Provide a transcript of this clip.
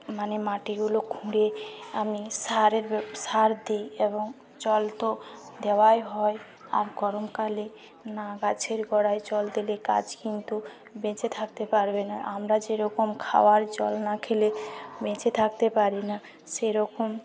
মানে মাটিগুলো খুঁড়ে আমি সারের ব্য সার দিই এবং জল তো দেওয়াই হয় আর গরমকালে না গাছের গোড়ায় জল দিলে গাছ কিন্তু বেঁচে থাকতে পারবে না আমরা যে রকম খাওয়ার জল না খেলে বেঁচে থাকতে পারি না সেরকম